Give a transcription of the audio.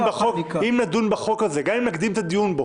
-- וגם אם נקדים את הדיון בו